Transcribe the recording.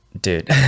dude